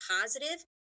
positive